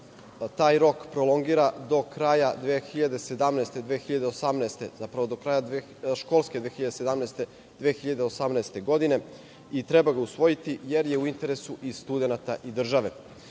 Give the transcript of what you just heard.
zapravo do kraja školske 2017, 2018. godine i treba ga usvojiti, jer je u interesu studenata i države.